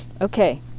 Okay